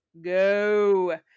go